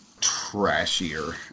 Trashier